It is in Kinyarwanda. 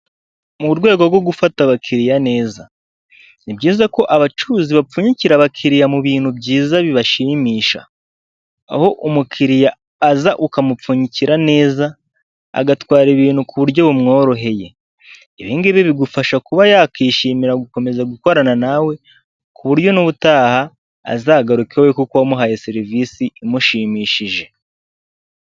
Mu rwego rwo gufata abakiriya neza, ni byiza ko abacuruzi bapfunyikira abakiriya mu bintu byiza bibashimisha, aho umukiriya aza ukamupfunyikira neza agatwara ibintu ku buryo bumworoheye, ibi ngibi bigufasha kuba yakishimira gukomeza gukorana nawe, ku buryo n'ubutaha azagaruka iwawe kuko wamuhaye serivisi imushimishije.